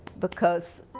because